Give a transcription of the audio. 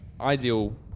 ideal